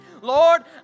Lord